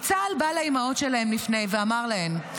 כי צה"ל בא לאימהות שלהם לפני ואמר להן: